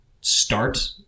start